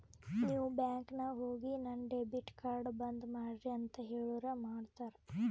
ನೀವ್ ಬ್ಯಾಂಕ್ ನಾಗ್ ಹೋಗಿ ನನ್ ಡೆಬಿಟ್ ಕಾರ್ಡ್ ಬಂದ್ ಮಾಡ್ರಿ ಅಂತ್ ಹೇಳುರ್ ಮಾಡ್ತಾರ